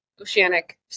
oceanic